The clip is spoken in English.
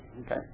Okay